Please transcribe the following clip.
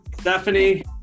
Stephanie